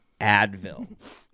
advil